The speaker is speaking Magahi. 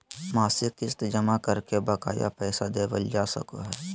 मासिक किस्त जमा करके बकाया पैसा देबल जा सको हय